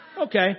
Okay